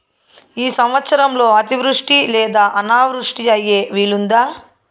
ఈ సంవత్సరంలో అతివృష్టి లేదా అనావృష్టి అయ్యే వీలుందా?